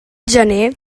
gener